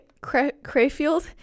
crayfield